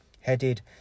headed